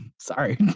Sorry